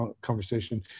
conversation